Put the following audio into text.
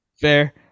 Fair